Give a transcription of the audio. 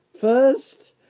first